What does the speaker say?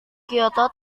kyoto